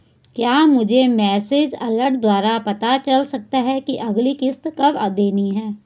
क्या मुझे message alert द्वारा पता चल सकता कि अगली किश्त कब देनी है?